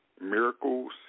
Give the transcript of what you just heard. miracles